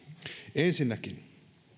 ensinnäkin